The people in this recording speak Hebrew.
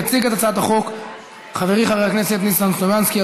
יציג את הצעת החוק חברי חבר הכנסת ניסן סלומינסקי.